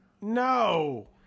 No